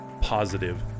positive